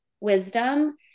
wisdom